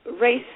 race